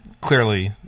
clearly